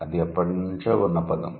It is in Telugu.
ఇది ఎప్పటి నుంచో ఉన్న పదం